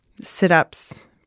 sit-ups